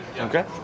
Okay